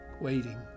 waiting